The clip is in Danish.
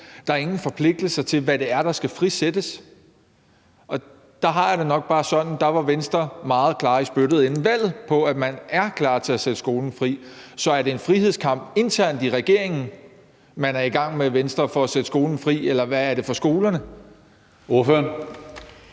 der er ingen forpligtelser, i forhold til hvad det er, der skal frisættes. Der har jeg det nok bare sådan, at der var Venstre meget klare i spyttet inden valget med, at man er klar til at sætte skolen fri. Så er det en frihedskamp internt i regeringen, man er i gang med i Venstre for at sætte skolen fri, eller er det for skolerne? Kl.